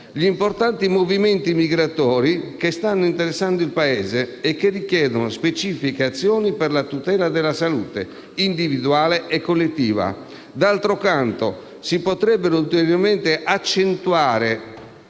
indovinato - movimenti migratori che stanno interessando il Paese e che richiedono specifiche azioni per la tutela della salute individuale e collettiva. D'altro canto, si potrebbero ulteriormente accentuare